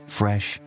fresh